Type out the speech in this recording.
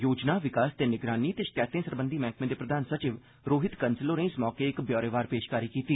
योजना विकास ते निगरानी ते शकैतें सरबंधी मैह्कमें दे प्रधान सचिव रोहित कन्सल होरें इस मौके इक ब्यौरेवार पेशकारी कीती